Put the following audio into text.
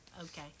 okay